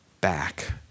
back